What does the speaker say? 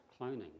cloning